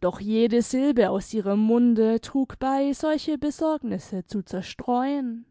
doch jede silbe aus ihrem munde trug bei solche besorgnisse zu zerstreuen